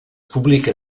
publica